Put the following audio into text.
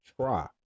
try